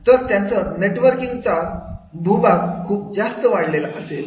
तर त्यांचा नेटवर्किंगचा भूभाग खूप जास्त वाढलेला असेल